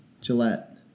Gillette